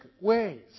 ways